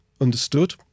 understood